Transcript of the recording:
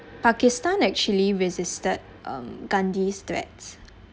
pakistan actually resisted um gandhi's threats